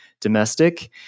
domestic